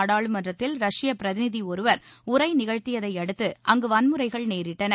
நாடாளுமன்றத்தில் ரஷ்யா பிரதிநிதி ஒருவர் உரை நிகழ்த்தியதையடுத்து அங்கு ஐர்ஜிபா வன்முறைகள் நேரிட்டன